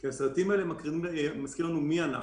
כי הם מזכירים לנו מי אנחנו